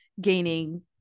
gaining